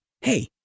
Hey